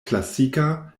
klasika